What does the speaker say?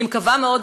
אני מקווה מאוד,